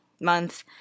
month